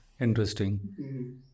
interesting